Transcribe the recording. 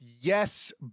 yes